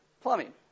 plumbing